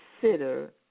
consider